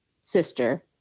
sister